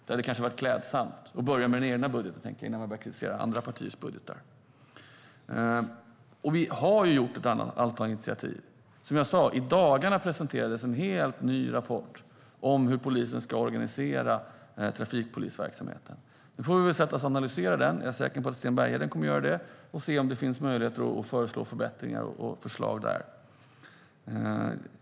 Det hade kanske varit klädsamt att börja med den egna budgeten innan man börjar kritisera andra partiers budgetar. Herr talman! Vi har tagit ett antal andra initiativ. En helt ny rapport presenterades som sagt i dagarna, om hur polisen ska organisera trafikpolisverksamheten. Vi får väl sätta oss och analysera den. Jag är säker på att Sten Bergheden kommer att göra det. Vi får se om det finns möjlighet att föreslå förbättringar och förslag i den.